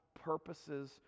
purposes